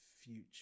future